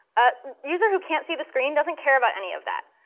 a user who can't see the screen doesn't care about any of that.